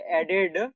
added